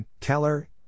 Keller